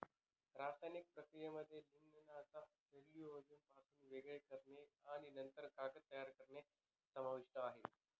रासायनिक प्रक्रियेमध्ये लिग्निनला सेल्युलोजपासून वेगळे करणे आणि नंतर कागद तयार करणे समाविष्ट आहे